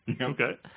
Okay